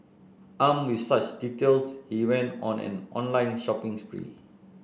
armed with such details he went on an online shopping spree